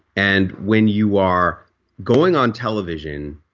and when you are going on television,